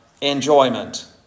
enjoyment